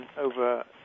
over